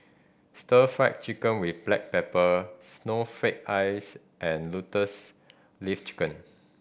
Stir Fry Chicken with black pepper snowflake ice and Lotus Leaf Chicken